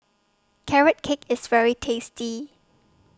Carrot Cake IS very tasty